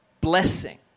blessing